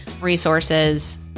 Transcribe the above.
resources